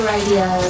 Radio